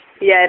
yes